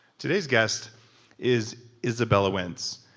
today's guest is isabella wentz.